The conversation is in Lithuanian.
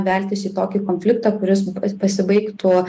veltis į tokį konfliktą kuris pasibaigtų